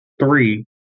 three